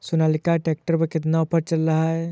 Sonalika tractor पर कितना offer चल रहा है?